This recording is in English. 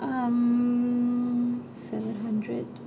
mm seven hundred